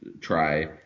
try